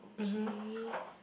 okay